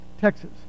Texas